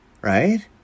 right